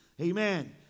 Amen